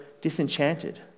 disenchanted